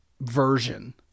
version